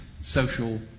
social